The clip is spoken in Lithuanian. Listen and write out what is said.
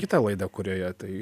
kita laidą kurioje tai